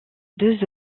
deux